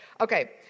Okay